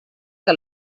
que